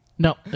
No